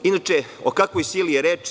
Inače, o kakvoj sili je reč?